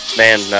man